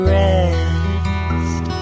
rest